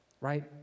right